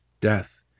death